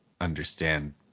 understand